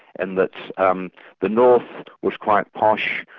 and that um the north was quite posh,